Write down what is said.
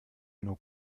nur